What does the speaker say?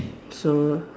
so